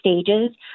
stages